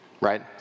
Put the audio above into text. Right